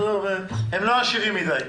הם לא עשירים מדי.